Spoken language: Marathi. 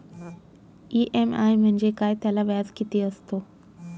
इ.एम.आय म्हणजे काय? त्याला व्याज किती असतो?